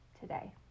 today